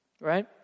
Right